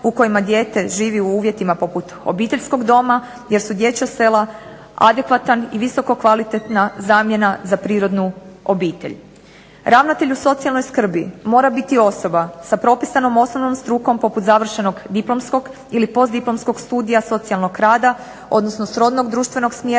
u kojima dijete živi u uvjetima poput obiteljskog doma jer su dječja sela adekvatna i visoko kvalitetna zamjena za prirodnu obitelj. Ravnatelj socijalne skrbi mora biti osoba s propisanom osnovnom strukom poput završenog diplomskog ili postdiplomskog studija socijalnog rada, odnosno srodnog društvenog smjera